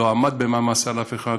לא היה במעמסה על אף אחד,